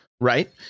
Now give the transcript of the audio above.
right